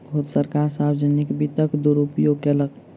बहुत सरकार सार्वजनिक वित्तक दुरूपयोग कयलक